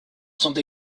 sont